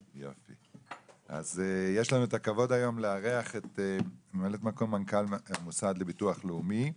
יש לנו את הכבוד היום לארח את מ"מ מנכ"ל המוסד לביטוח לאומי,